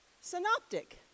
synoptic